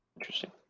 Interesting